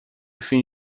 fim